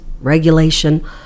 regulation